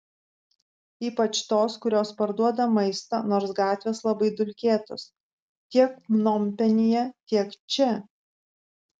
ypač tos kurios parduoda maistą nors gatvės labai dulkėtos tiek pnompenyje tiek čia